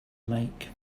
make